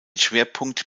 schwerpunkt